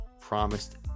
promised